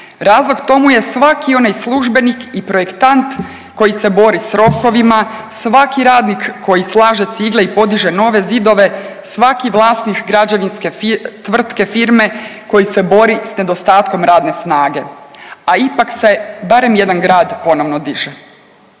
Razlog tomu je svaki onaj službenik i projektant koji se bori sa rokovima, svaki radnik koji slaže cigle i podiže nove zidove, svaki vlasnik građevinske tvrtke, firme koji se bori sa nedostatkom radne snage, a ipak se barem jedan grad ponovno diže.